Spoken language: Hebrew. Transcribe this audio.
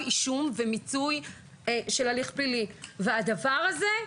אישום ולידי מיצוי של הליך פלילי הוא מסוכן.